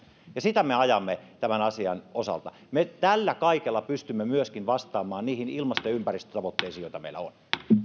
ja sitä me ajamme tämän asian osalta tällä kaikella me pystymme myöskin vastaamaan niihin ilmasto ja ympäristötavoitteisiin joita meillä on